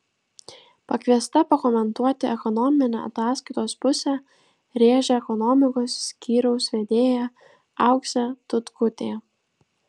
pakviesta pakomentuoti ekonominę ataskaitos pusę rėžė ekonomikos skyriaus vedėja auksė tutkutė